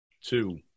two